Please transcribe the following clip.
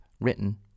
Written